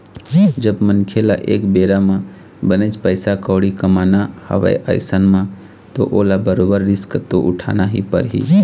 जब मनखे ल एक बेरा म बनेच पइसा कउड़ी कमाना हवय अइसन म तो ओला बरोबर रिस्क तो उठाना ही परही